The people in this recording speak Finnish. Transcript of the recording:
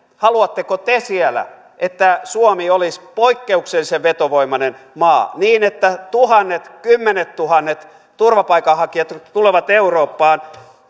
haluatteko te siellä että suomi olisi poikkeuksellisen vetovoimainen maa niin että tuhannet kymmenettuhannet turvapaikanhakijat tulevat eurooppaan